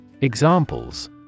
Examples